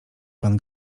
pan